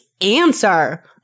answer